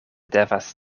devas